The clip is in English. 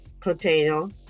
potato